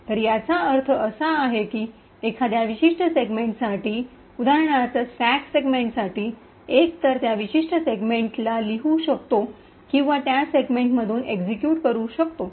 तर याचा अर्थ असा आहे की एखाद्या विशिष्ट सेगमेंटसाठी उदाहरणार्थ स्टॅक सेगमेंटसाठी एकतर त्या विशिष्ट सेगमेंटला लिहू शकतो किंवा त्या सेगमेंटमधून एक्झीक्यूट करू शकतो